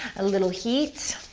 a little heat.